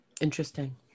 Interesting